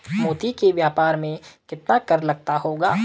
मोती के व्यापार में कितना कर लगता होगा?